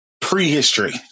prehistory